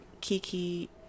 Kiki